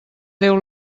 déu